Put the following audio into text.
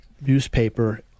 newspaper